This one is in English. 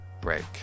break